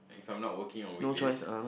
if I'm not working on weekdays